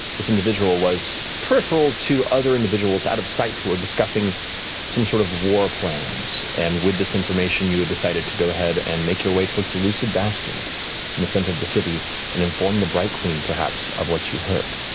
this individual was peripheral to other individuals out of sight who are discussing some sort of war plans. and with this information, you had decided to go ahead and make your way towards the lucid bastion in and the center of the city and inform the bright queen, perhaps, of what you heard.